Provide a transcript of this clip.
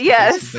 Yes